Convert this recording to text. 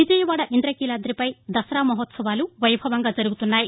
విజయవాడ ఇంద్రకీలాదిపై దసరా మహోత్సవాలు వైభవంగా జరుగుతున్నాయి